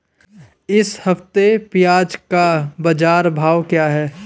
इस हफ्ते प्याज़ का बाज़ार भाव क्या है?